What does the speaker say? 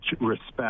respect